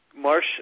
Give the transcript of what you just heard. Marsh